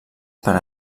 per